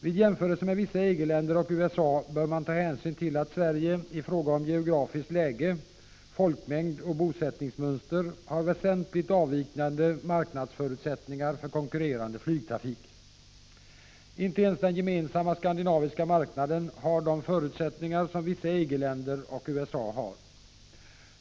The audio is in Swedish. Vid jämförelsen med vissa EG-länder och USA bör man ta hänsyn till att Sverige i fråga om geografiskt läge, folkmängd och bosättningsmönster har väsentligt avvikande marknadsförutsättningar för konkurrerande flygtrafik. Inte ens den gemensamma skandinaviska marknaden har de förutsättningar som vissa EG-länder och USA har.